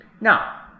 Now